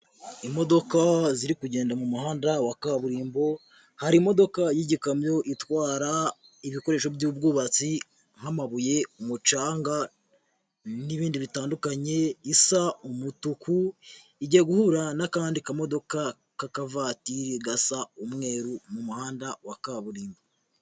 Imodoka ziri kugenda mu muhanda wa kaburimbo, hari imodoka y'igikamyo itwara ibikoresho by'ubwubatsi nk'amabuye, umucanga n'ibindi bitandukanye isa umutuku, igiye guhura n'akandi kamodoka k'akavatiri gasa umweru mu muhanda wa kaburimbo.